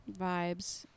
Vibes